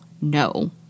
no